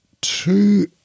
two